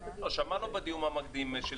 שמענו בדיון המקדים,